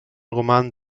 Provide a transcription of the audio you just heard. roman